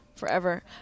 forever